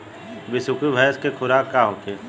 बिसुखी भैंस के खुराक का होखे?